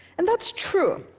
and that's true,